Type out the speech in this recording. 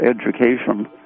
education